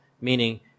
meaning